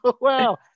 wow